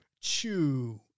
chew